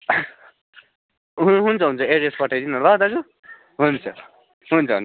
हुन्छ हुन्छ एड्रेस पठाइदिनु ल दाजु हुन्छ हुन्छ